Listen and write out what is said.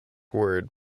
word